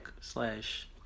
slash